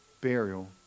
burial